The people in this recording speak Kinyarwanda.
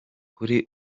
kuri